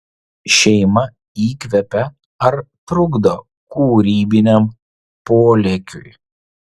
šeima įkvepia ar trukdo kūrybiniam polėkiui